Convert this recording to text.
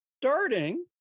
starting